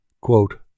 Quote